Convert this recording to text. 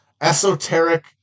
esoteric